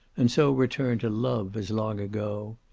and so returned to love, as long ago,